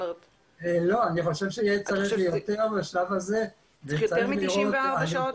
אני חושב שצריך יותר בשלב הזה --- זה 94 שעות